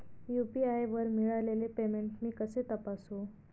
UPI वर मिळालेले payment मी कसे तपासू?